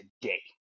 today